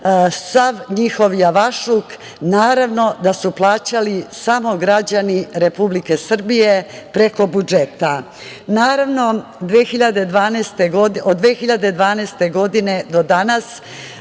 sav njihov javašluk, naravno da su plaćali samo građani Republike Srbije preko budžeta. Naravno, od 2012. godine do danas,